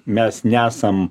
mes nesam